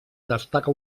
destaca